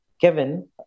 Kevin